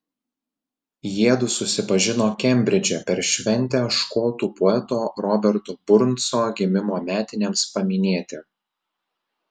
jiedu susipažino kembridže per šventę škotų poeto roberto burnso gimimo metinėms paminėti